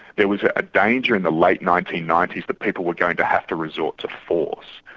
there was a danger in the late nineteen ninety s that people were going to have to resort to force.